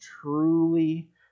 truly